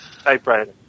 typewriter